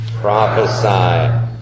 Prophesy